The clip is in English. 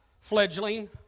fledgling